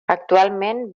actualment